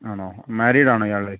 ആണോ മാരീഡ് ആണോ ഇയാൾ